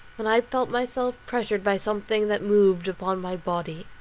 when i felt myself pressed by something that moved upon my body.